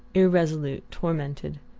irresolute, tormented,